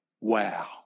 Wow